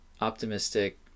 optimistic